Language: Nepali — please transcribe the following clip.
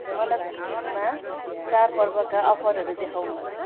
मलाई कुकिजमा चाडपर्वका अफरहरू देखाउनुहोस्